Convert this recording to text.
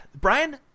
Brian